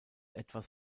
etwas